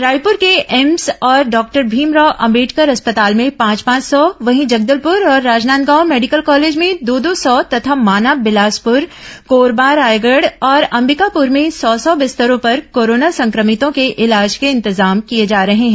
रायपुर के एम्स और डॉक्टर भीमराव अंबेडकर अस्पताल में पांच पांच सौ वहीं जगदलपुर और राजनांदगांव मेडिकल कॉलेज में दो दो सौ तथा माना बिलासप्र कोरबा रायगढ और अंबिकाप्र में सौ सौ बिस्तरों पर कोरोना संक्रमितों के इलाज के इंतजाम किए जा रहे हैं